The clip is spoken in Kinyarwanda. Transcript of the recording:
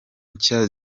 nshya